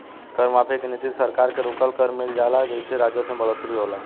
कर माफी के नीति से सरकार के रुकल कर मिल जाला जेइसे राजस्व में बढ़ोतरी होला